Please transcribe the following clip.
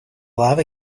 lava